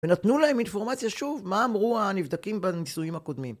ונתנו להם אינפורמציה שוב מה אמרו הנבדקים בניסויים הקודמים.